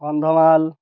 Kandhamal